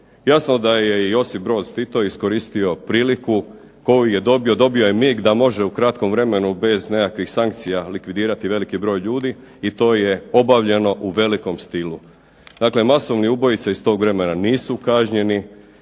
Jasno da je i Josip Broz Tito iskoristio priliku koju je dobio, dobio je mig da može u kratkom vremenu bez nekakvih sankcija likvidirati veliki broj ljudi i to je obavljeno u velikom stilu. Dakle, masovni ubojice iz tog vremena nisu kažnjeni,